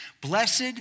Blessed